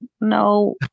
No